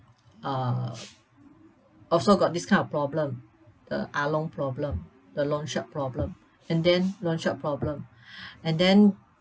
uh also got this kind of problem the ahlong problem the loanshark problem and then loanshark problem and then